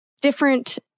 different